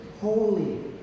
holy